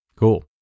Cool